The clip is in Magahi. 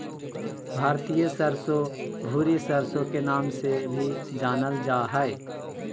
भारतीय सरसो, भूरी सरसो के नाम से भी जानल जा हय